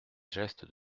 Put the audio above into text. gestes